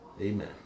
Amen